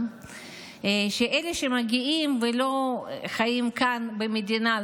שאלה שמגיעים ולא חיים כאן במדינה,